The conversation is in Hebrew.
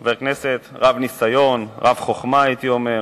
חבר כנסת רב-ניסיון, רב-חוכמה הייתי אומר,